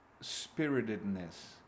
spiritedness